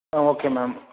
ah okay ma'am